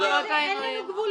עלוה,